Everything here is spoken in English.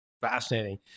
Fascinating